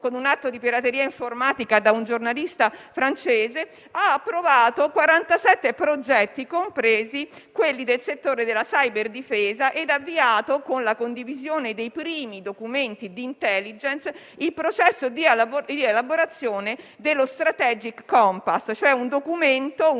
con un atto di pirateria informatica da un giornalista francese - ha approvato 47 progetti, compresi quelli del settore della *cyber* difesa, ed ha avviato, con la condivisione dei primi documenti di *intelligence*, il processo di elaborazione dello *strategic compass*, cioè un documento